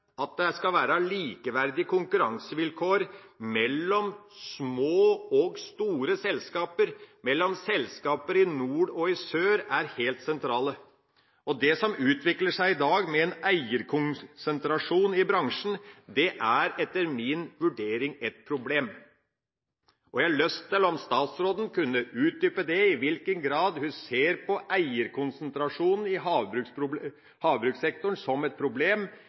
At det skal være likeverdige konkurransevilkår mellom små og store selskaper, mellom selskaper i nord og i sør, er helt sentralt. Det som utvikler seg i dag, med en eierkonsentrasjon i bransjen, er etter min vurdering et problem. Jeg har lyst til at statsråden utdyper det: I hvilken grad ser hun på eierkonsentrasjonen i havbrukssektoren som et problem